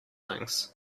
things